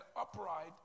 upright